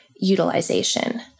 utilization